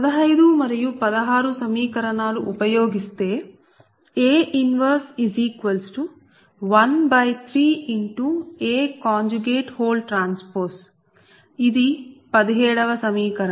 15 మరియు 16 సమీకరణాలు ఉపయోగిస్తే A 113AT ఇది 17 వ సమీకరణం